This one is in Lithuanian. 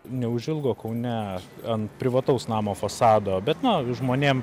neužilgo kaune ant privataus namo fasado bet no žmonėm